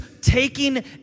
taking